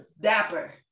dapper